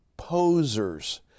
Posers